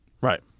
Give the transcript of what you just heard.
Right